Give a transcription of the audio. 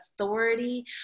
authority